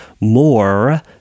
more